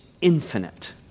infinite